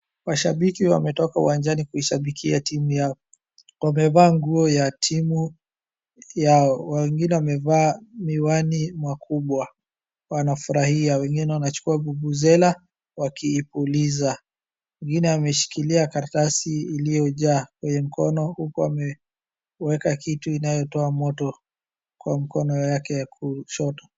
Mashabiki wametoka uwanjani kuishabikia timu yao. Wamevaa nduo ya timu yao, wengine wamevaa miwani makubwa wanafurahia, wengine wanachukua vuvuzela wakipuliza. Wengine wameshikilia karatasi iliyojaa kwenye mkono huku wameweka kitu inayotoa moto kwa mkono yake ya kushoto.